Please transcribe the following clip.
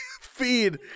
feed